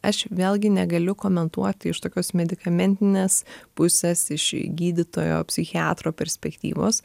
aš vėlgi negaliu komentuoti iš tokios medikamentinės pusės iš gydytojo psichiatro perspektyvos